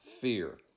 fear